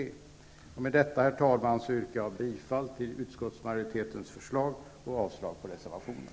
Herr talman! Med detta yrkar jag bifall till utskottets hemställan och avslag på reservationen.